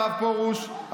הרב פרוש,